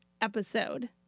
episode